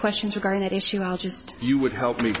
questions regarding that issue i'll just you would help me